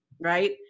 right